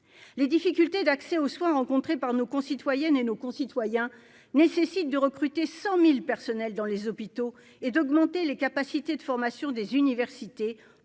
les difficultés d'accès aux soins rencontrées par nos concitoyennes et nos concitoyens nécessite de recruter 100000 personnels dans les hôpitaux et d'augmenter les capacités de formation des universités